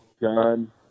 gun